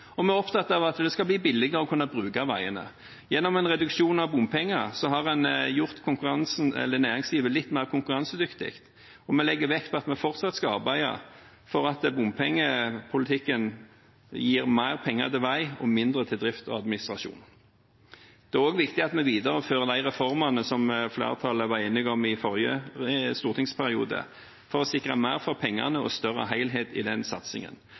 virkemiddel. Vi er opptatt av at det skal bli billigere å kunne bruke veiene. Gjennom en reduksjon av bompenger har en gjort næringslivet litt mer konkurransedyktig, og vi legger vekt på at vi fortsatt skal arbeide for at bompengepolitikken gir mer penger til vei og mindre til drift og administrasjon. Det er også viktig at vi viderefører de reformene som flertallet var enig om i forrige stortingsperiode, for å sikre mer for pengene og en større helhet i den satsingen.